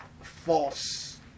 false